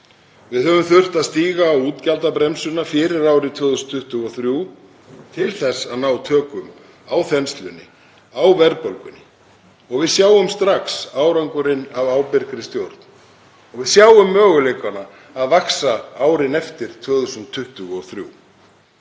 Við höfum þurft að stíga á útgjaldabremsuna fyrir árið 2023 til þess að ná tökum á þenslunni, á verðbólgunni og við sjáum strax árangurinn af ábyrgri stjórn. Við sjáum möguleikana vaxa árið 2023,